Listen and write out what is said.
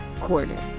quarter